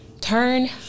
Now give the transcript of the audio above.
turn